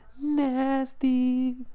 Nasty